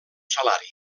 salari